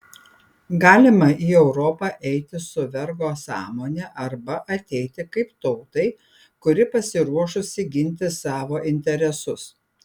galima į europą eiti su vergo sąmone arba ateiti kaip tautai kuri pasiruošusi ginti savo interesus